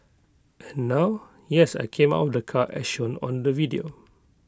and now yes I came out of the car as shown on the video